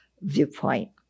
viewpoint